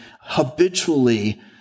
habitually